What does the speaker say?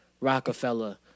Rockefeller